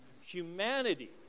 Humanity